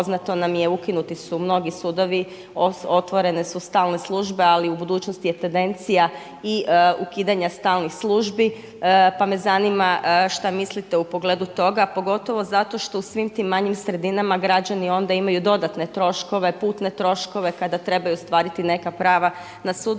ukinuti su mnogi sudovi, otvorene su stalne službe. Ali u budućnosti je tendencija i ukidanja stalnih službi, pa me zanima šta mislite u pogledu toga pogotovo zato što u svim tim manjim sredinama građani onda imaju dodatne troškove, putne troškove kada trebaju ostvariti neka prava na